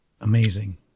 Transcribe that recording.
Amazing